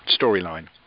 storyline